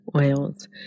Oils